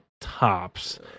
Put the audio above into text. tops